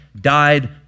died